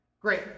Great